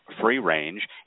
free-range